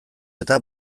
eta